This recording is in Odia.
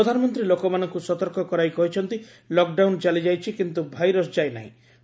ପ୍ରଧାନମନ୍ତ୍ରୀ ଲୋକମାନଙ୍କୁ ସତର୍କ କରାଇ କହିଛନ୍ତି 'ଲକ୍ଡାଉନ୍ ଚାଲିଯାଇଛି କିନ୍ତୁ ଭାଇରସ ଯାଇନାହିଁ'